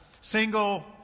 Single